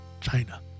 China